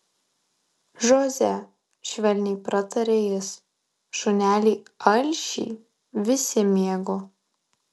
žoze švelniai prataria jis šunelį alšį visi mėgo